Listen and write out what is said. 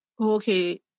okay